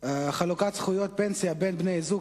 חלוקת זכויות פנסיה בין בני-זוג,